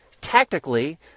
Tactically